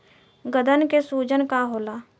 गदन के सूजन का होला?